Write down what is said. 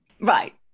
right